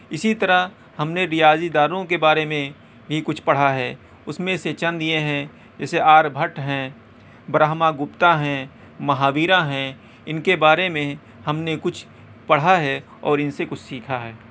اسی طرح ہم نے ریاضی دانوں کے باروں میں بھی کچھ پڑھا ہے اس میں سے چند یہ ہیں جیسے آریہ بھٹ ہیں برہما گپتا ہیں مہاویرا ہیں ان کے بارے میں ہم نے کچھ پڑھا ہے اور ان سے کچھ سیکھا ہے